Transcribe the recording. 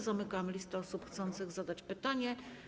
Zamykam listę osób chcących zadać pytanie.